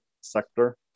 sector